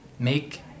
make